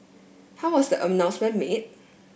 how was the announcement made